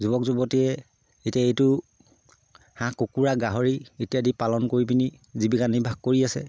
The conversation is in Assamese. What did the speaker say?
যুৱক যুৱতীয়ে এতিয়া এইটো হাঁহ কুকুৰা গাহৰি ইত্যাদি পালন কৰি পিনি জীৱিকা নিৰ্বাহ কৰি আছে